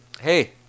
Hey